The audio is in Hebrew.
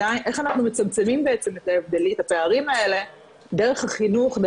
איך אנחנו מצמצמים בעצם את הפערים האלה דרך החינוך.